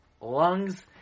lungs